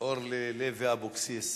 אולי לוי אבקסיס,